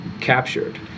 captured